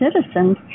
citizens